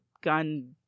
gun